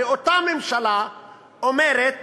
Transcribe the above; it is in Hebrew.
הרי אותה ממשלה אומרת